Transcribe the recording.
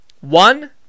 One